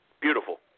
beautiful